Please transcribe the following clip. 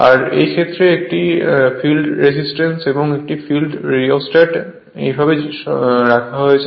আর এই ক্ষেত্রের এটি ফিল্ড রেজিস্ট্যান্স এবং এটি ফিল্ড রিওস্ট্যাট এই ভাবে এটা করা হয়েছে